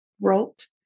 wrote